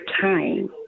time